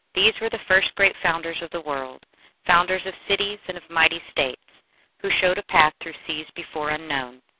these were the first great founders of the world founders of cities and of mighty states who showed a path through seas before unknown.